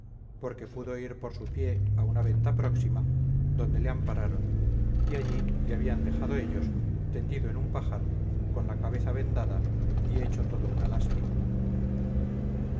porque pudo ir por su pie a una venta próxima donde le ampararon y allí le habían dejado ellos tendido en un pajar con la cabeza vendada y hecho todo una lástima